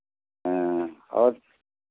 और